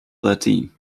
thirteen